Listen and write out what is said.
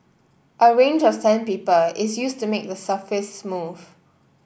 a range of sandpaper is used to make the surface smooth